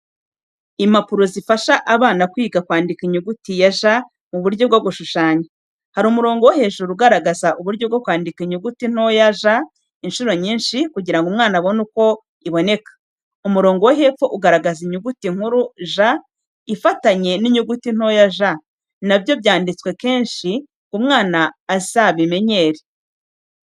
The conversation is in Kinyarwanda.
Impapuro zifasha abana kwiga kwandika inyuguti “J j” mu buryo bwo gushushanya. Hari umurongo wo hejuru ugaragaza uburyo bwo kwandika inyuguti ntoya j inshuro nyinshi kugira ngo umwana abone uko iboneka. Umurongo wo hepfo ugaragaza inyuguti nkuru 'J' ifatanye n’inyuguti ntoya 'j' , nabyo byanditswe kenshi ngo umwana azimenyerere.